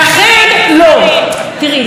כשאת,